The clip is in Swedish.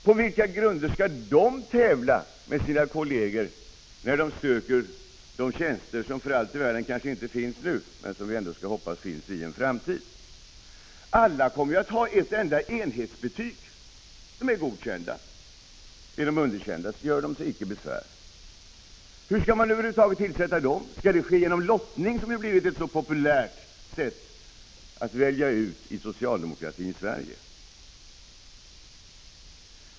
På vilka grunder skall de tävla med sina kolleger när de söker de tjänster som kanske inte finns nu men som förhoppningsvis finns i en framtid? Alla kommer att ha ett enda enhetsbetyg — de är godkända. De som är underkända göre sig icke besvär. Hur skall de tillsättas? Skall det ske genom lottning, som har blivit en så populär urvalsmetod i socialdemokratins Sverige?